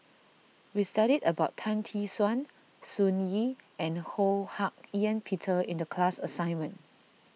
we studied about Tan Tee Suan Sun Yee and Ho Hak Ean Peter in the class assignment